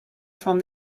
from